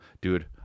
Dude